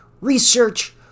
research